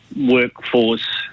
workforce